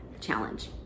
challenge